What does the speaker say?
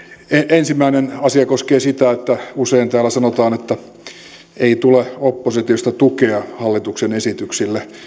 ensimmäinen asia koskee sitä että usein täällä sanotaan että ei tule oppositiosta tukea hallituksen esityksille